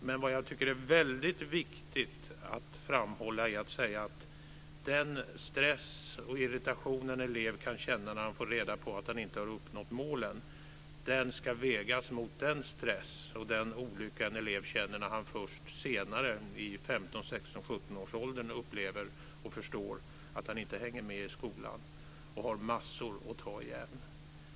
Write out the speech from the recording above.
Men vad jag tycker är väldigt viktigt att framhålla är att den stress och irritation en elev kan känna när han får reda på att han inte har uppnått målen ska vägas mot den stress och den olycka en elev känner när han först senare, i 15-, 16 eller 17-årsåldern, upplever och förstår att han inte hänger med i skolan och har massor att ta igen.